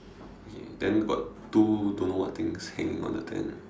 okay then got two don't know what things hanging on the fence